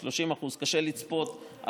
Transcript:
30%. קשה לצפות,